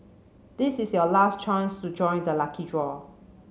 this is your last chance to join the lucky draw